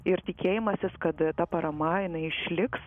ir tikėjimasis kad ta parama jinai išliks